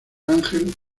ángel